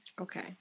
Okay